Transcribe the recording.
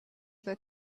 the